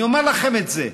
אני אומר לכם את זה,